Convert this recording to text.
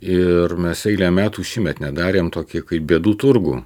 ir mes eilę metų šįmet nedarėm tokį kaip bėdų turgų